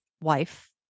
wife